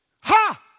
ha